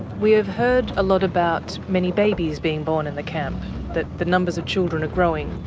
we have heard a lot about many babies being born in the camp that the numbers of children are growing.